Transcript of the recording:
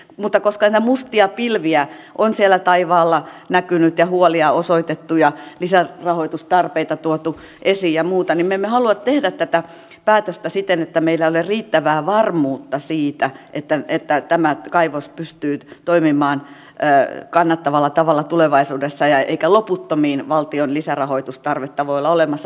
mutta koska näitä mustia pilviä on siellä taivaalla näkynyt ja huolia osoitettu ja lisärahoitustarpeita tuotu esiin ja muuta niin me emme halua tehdä tätä päätöstä siten että meillä ei ole riittävää varmuutta siitä että tämä kaivos pystyy toimimaan kannattavalla tavalla tulevaisuudessa eikä loputtomiin valtion lisärahoitustarvetta voi olla olemassa